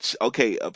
Okay